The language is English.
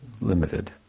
limited